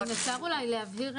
אם אפשר אולי להבהיר,